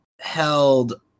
held